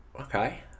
okay